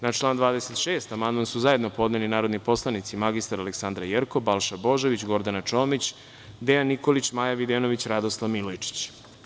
Na član 26. amandman su zajedno podneli narodni poslanici mr Aleksandra Jerkov, Balša Božović, Gordana Čomić, Dejan Nikolić, Maja Videnović i Radoslav Milojičić.